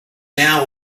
now